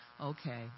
okay